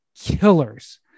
killers